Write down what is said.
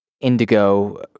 indigo